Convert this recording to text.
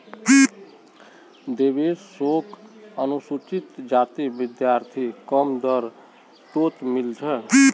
देवेश शोक अनुसूचित जाति विद्यार्थी कम दर तोत मील छे